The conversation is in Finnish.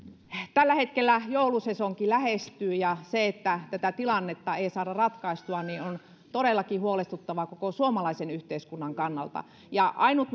tällä hetkellä joulusesonki lähestyy ja se että tätä tilannetta ei saada ratkaistua on todellakin huolestuttavaa koko suomalaisen yhteiskunnan kannalta ja ainut